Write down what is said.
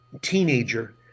teenager